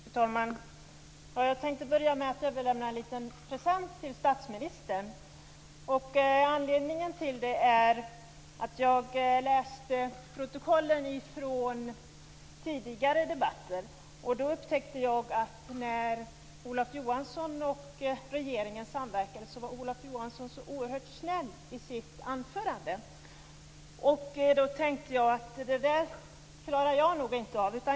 Fru talman! Jag tänkte börja med att överlämna en liten present till statsministern. Anledningen till det är att jag läste protokollen ifrån tidigare debatter. Då upptäckte jag att när Olof Johansson och regeringen samverkade var Olof Johansson så oerhört snäll i sitt anförande. Det klarar jag nog inte av.